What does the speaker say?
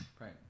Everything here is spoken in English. right